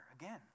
Again